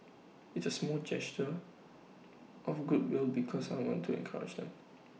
it's A small gesture of goodwill because I want to encourage them